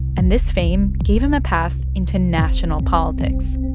and this fame gave him a path into national politics,